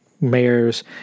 mayors